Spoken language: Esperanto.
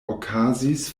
okazis